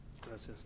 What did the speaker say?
Gracias